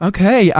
Okay